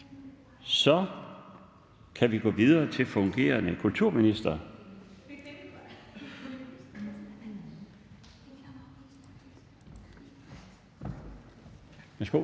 Så kan vi gå videre til den fungerende kulturminister. Værsgo.